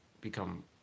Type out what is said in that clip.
become